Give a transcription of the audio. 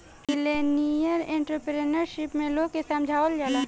millennial entrepreneurship में लोग के समझावल जाला